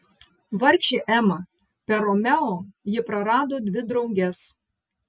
vargšė ema per romeo ji prarado dvi drauges